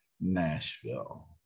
Nashville